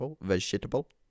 vegetable